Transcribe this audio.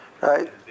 right